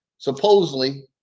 Supposedly